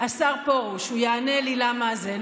השר פרוש, הוא יענה לי למה זה.